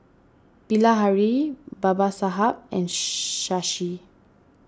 Bilahari Babasaheb and Shashi